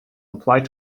applied